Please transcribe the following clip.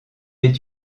est